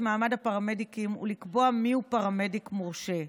מעמד הפרמדיקים ולקבוע מיהו פרמדיק מורשה,